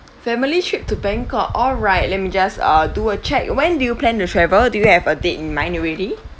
family trip to bangkok all right let me just uh do a check when do you plan to travel do you have a date in mind already